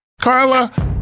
Carla